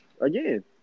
again